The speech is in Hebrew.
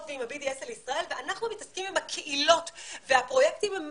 ועם ה-BDS על ישראל ואנחנו מתעסקים עם הקהילות והפרויקטים הם